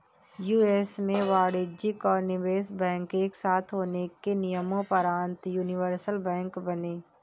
US में वाणिज्यिक और निवेश बैंक एक साथ होने के नियम़ोंपरान्त यूनिवर्सल बैंक बने